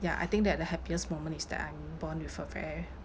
ya I think that the happiest moment is that I am born with a very